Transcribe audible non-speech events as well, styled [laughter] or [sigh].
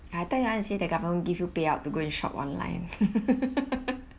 I thought you want to say the government give you payout to go and shop online [laughs]